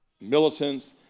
militants